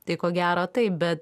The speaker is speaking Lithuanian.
tai ko gero taip bet